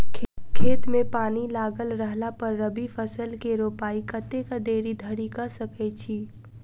खेत मे पानि लागल रहला पर रबी फसल केँ रोपाइ कतेक देरी धरि कऽ सकै छी?